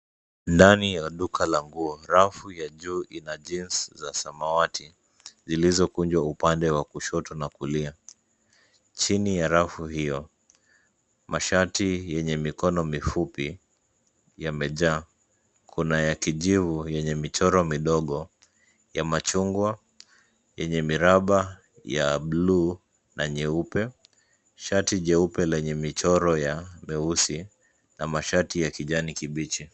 Ndani ya duka la nguo; rafu ya juu ina jeans]cs] za samawati zilizokunjwa upande wa kushoto na kulia. Chini ya rafu hiyo, mashati yenye mikono mifupi yamejaa. Kuna ya kijivu yenye michoro midogo, ya machungwa, yenye miraba ya buluu na nyeupe, shati jeupe lenye michoro ya mieusi na mashati ya kijani kibichi.